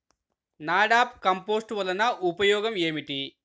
NADEP compost వలన ఉపయోగం ఏమిటి?